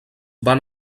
van